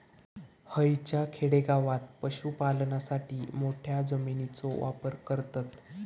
हयच्या खेडेगावात पशुपालनासाठी मोठ्या जमिनीचो वापर करतत